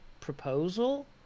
proposal